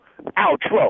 Outro